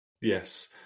Yes